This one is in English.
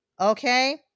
okay